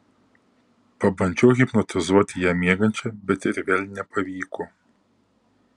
pabandžiau hipnotizuoti ją miegančią bet ir vėl nepavyko